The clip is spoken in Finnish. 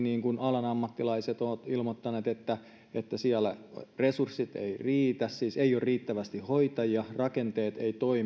alan ammattilaiset ovat ilmoittaneet että että siellä resurssit eivät riitä siis ei ole riittävästi hoitajia rakenteet